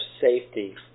safety